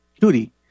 Duty